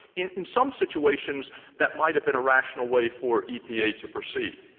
in some situations that might have been a rational way for epa to proceed.